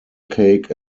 cake